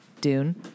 Dune